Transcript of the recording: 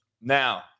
Now